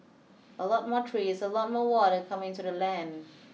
a lot more trees a lot more water coming into the land